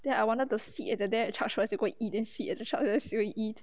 then I wanted to sit at the there and charged first go and eat then sit and charge and see what to eat